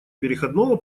переходного